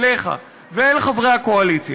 אליך ואל חברי הקואליציה,